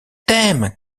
t’aime